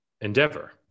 endeavor